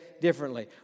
differently